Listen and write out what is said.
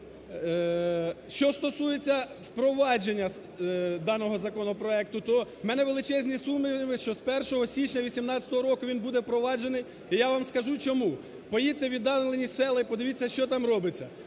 Що стосується впровадження даного законопроекту, то у мене величезні сумніви, що з 1 січня 2018 року він буде впроваджений, і я вам скажу, чому. Поїдьте у віддалені села і подивіться, що там робиться.